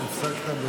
הפסקת בפתיליות.